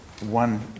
one